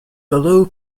below